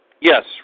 Yes